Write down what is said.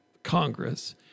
Congress